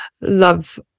love